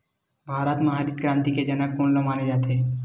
भारत मा हरित क्रांति के जनक कोन ला माने जाथे?